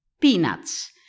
peanuts